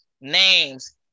names